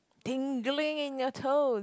tingling in your toes